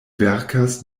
verkas